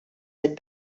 had